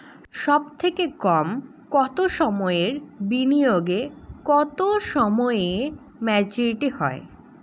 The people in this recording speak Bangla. সবথেকে কম কতো সময়ের বিনিয়োগে কতো সময়ে মেচুরিটি হয়?